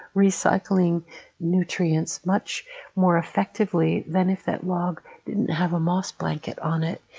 recycling nutrients much more effectively than if that log didn't have a moss blanket on it.